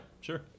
sure